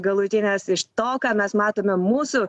galutinės iš to ką mes matome mūsų